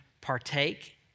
partake